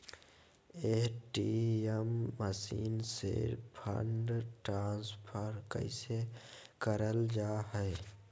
ATM machine से fund transfer कैसे करल जा है?